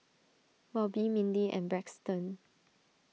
Bobbi Mindi and Braxton